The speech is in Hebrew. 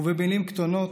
ובמילים קטנות,